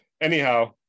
anyhow